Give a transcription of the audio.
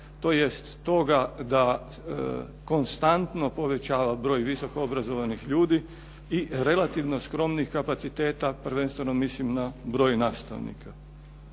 stoga da konstantno povećava broj visoko obrazovanih ljudi i relativno skromnih kapaciteta prvenstveno mislim na broj nastavnika.